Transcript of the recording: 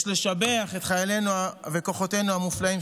יש לשבח את חיילינו וכוחותינו המופלאים,